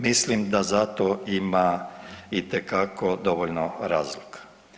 Mislim da za to ima itekako dovoljno razloga.